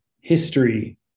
history